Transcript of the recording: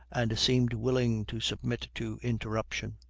and seemed willing to submit to interruption.